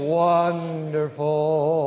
wonderful